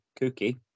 Cookie